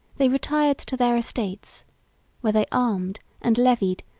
they retired to their estates where they armed and levied,